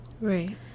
right